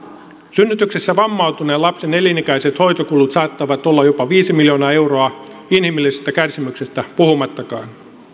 synnytyksessä vammautuneen lapsen elinikäiset hoitokulut saattavat olla jopa viisi miljoonaa euroa inhimillisestä kärsimyksestä puhumattakaan